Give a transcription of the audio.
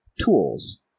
tools